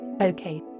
Okay